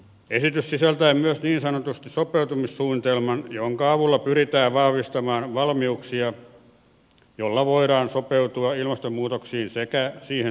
esitys sisältää myös niin sanotusti sopeutumissuunnitelman jonka avulla pyritään vahvistamaan valmiuksia joilla voidaan sopeutua ilmastonmuutokseen sekä siihen liittyviin riskeihin